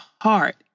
heart